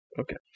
okay